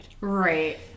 Right